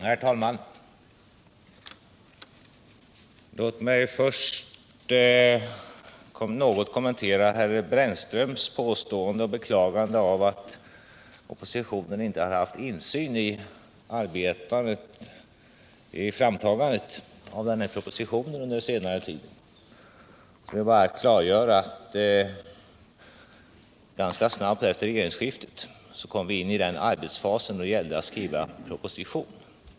Herr talman! Låt mig först något kommentera herr Brännströms beklagande av att oppositionen inte hade haft insyn i framtagandet av den här propositionen under senare tid. Jag vill bara klargöra att vi ganska snabbt efter regeringsskiftet kom in i den arbetsfas då det gällde att skriva proposition.